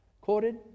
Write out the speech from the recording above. quoted